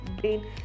brain